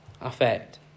affect